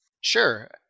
Sure